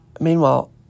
Meanwhile